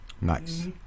Nice